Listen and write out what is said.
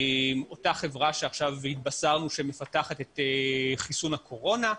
אותה חברה שעכשיו התבשרנו שמפתחת את חיסון הקורונה.